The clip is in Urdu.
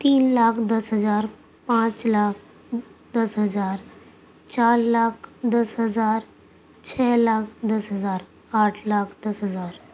تین لاکھ دس ہزار پانچ لاکھ دس ہزار چار لاکھ دس ہزار چھ لاکھ دس ہزار آٹھ لاکھ دس ہزار